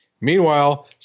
Meanwhile